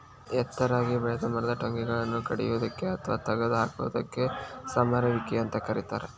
ಎತ್ತರಾಗಿ ಬೆಳೆದ ಮರದ ಟೊಂಗಿಗಳನ್ನ ಕಡಿಯೋದಕ್ಕ ಅತ್ವಾ ತಗದ ಹಾಕೋದಕ್ಕ ಸಮರುವಿಕೆ ಅಂತ ಕರೇತಾರ